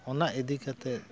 ᱚᱱᱟ ᱤᱫᱤ ᱠᱟᱛᱮᱫ